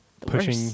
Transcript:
pushing